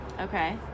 Okay